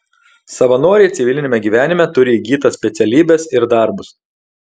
savanoriai civiliniame gyvenime turi įgytas specialybes ir darbus